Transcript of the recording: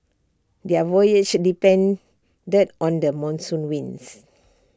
their voyages depended on the monsoon winds